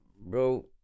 bro